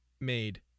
made